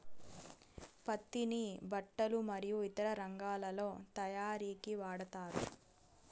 పత్తిని బట్టలు మరియు ఇతర రంగాలలో తయారీకి వాడతారు